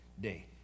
day